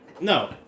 No